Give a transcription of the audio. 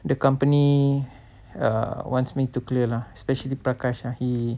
the company err wants me to clear lah especially pakai lah he